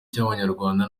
cy’abanyarwanda